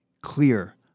clear